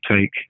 take